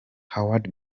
howard